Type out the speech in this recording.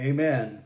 Amen